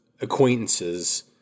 acquaintances